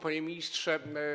Panie Ministrze!